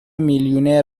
میلیونر